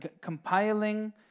compiling